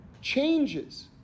changes